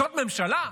זאת ממשלה?